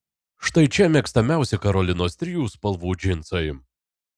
štai čia mėgstamiausi karolinos trijų spalvų džinsai